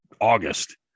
August